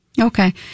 Okay